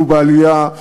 והם בעלייה.